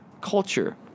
culture